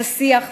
השיח ועוד.